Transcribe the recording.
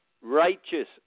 righteous